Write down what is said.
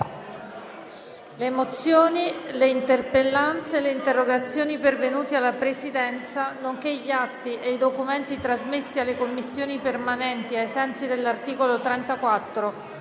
Le mozioni, le interpellanze e le interrogazioni pervenute alla Presidenza, nonché gli atti e i documenti trasmessi alle Commissioni permanenti ai sensi dell'articolo 34,